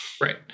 Right